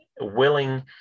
willing